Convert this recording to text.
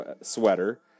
sweater